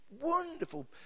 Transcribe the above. wonderful